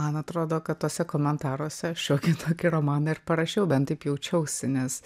man atrodo kad tuose komentaruose šiokį tokį romaną ir parašiau bent taip jaučiausi nes